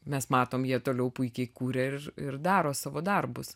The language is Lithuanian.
mes matom jie toliau puikiai kuria ir ir daro savo darbus